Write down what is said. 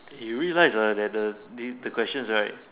you realize ah that the the questions right